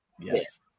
yes